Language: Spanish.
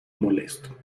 molesto